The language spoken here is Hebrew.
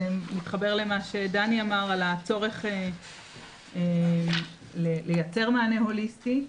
זה מתחבר למה שדני אמר על הצורך לייצר מענה הוליסטי.